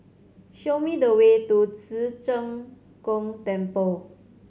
show me the way to Ci Zheng Gong Temple